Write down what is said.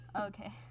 okay